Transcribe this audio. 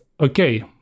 okay